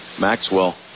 Maxwell